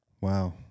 Wow